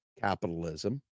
capitalism